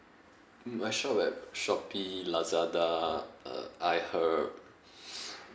mm I shop at shopee lazada uh iherb